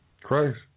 Christ